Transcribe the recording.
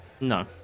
no